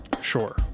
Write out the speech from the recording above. sure